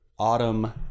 Autumn